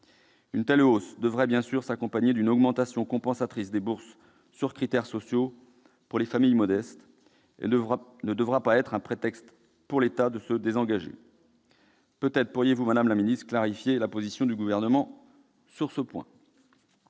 d'inscription devrait, bien sûr, s'accompagner d'une augmentation compensatrice des bourses sur critères sociaux pour les familles modestes. Elle ne devra pas être un prétexte, pour l'État, à se désengager. Peut-être pourriez-vous, madame la ministre, clarifier la position du Gouvernement sur ce point ?